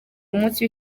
umunsi